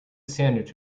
sandwich